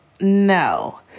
No